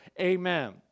Amen